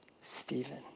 Stephen